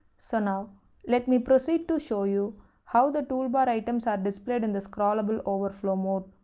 so now let me proceed to show you how the toolbar items are displayed in the scrollable overflow mode.